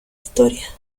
historia